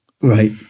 Right